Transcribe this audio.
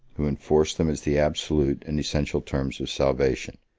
who enforced them as the absolute and essential terms of salvation.